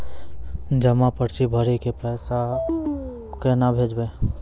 जमा पर्ची भरी के पैसा केना भेजबे?